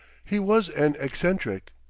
he was an eccentric.